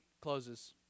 closes